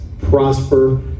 prosper